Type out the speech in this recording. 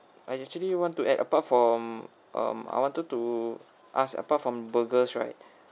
I actually want to add apart from um I wanted to ask apart from burgers right